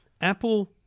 Apple